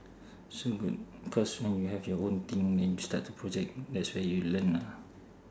soon but cause when you have your own thing then you start to project that's where you learn lah